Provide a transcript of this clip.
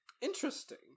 Interesting